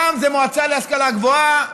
פעם זו מועצה להשכלה גבוהה,